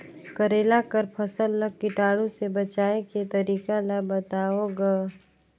करेला कर फसल ल कीटाणु से बचाय के तरीका ला बताव ग?